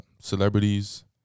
celebrities